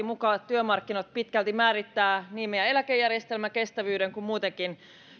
mukaan työmarkkinoille pitkälti määrittää niin meidän eläkejärjestelmämme kestävyyden kuin muutenkin